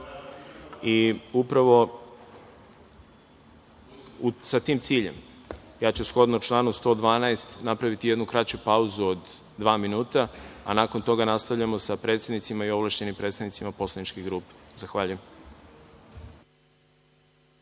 sa tim ciljem, ja ću shodno članu 112. napraviti jednu kraću pauzu od dva minuta, a nakon toga nastavljamo sa predsednicima i ovlašćenim predstavnicima poslaničkih grupa. Zahvaljujem.(Posle